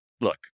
look